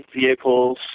vehicles